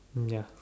ya